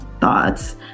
thoughts